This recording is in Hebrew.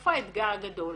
איפה האתגר הגדול